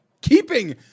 keeping